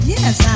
Yes